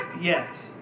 Yes